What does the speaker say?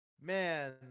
man